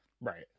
Right